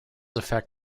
affect